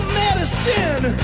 medicine